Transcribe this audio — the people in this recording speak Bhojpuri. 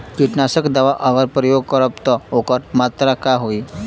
कीटनाशक दवा अगर प्रयोग करब त ओकर मात्रा का होई?